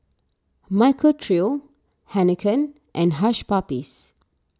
Michael Trio Heinekein and Hush Puppies